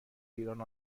ایران